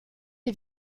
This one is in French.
est